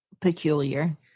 peculiar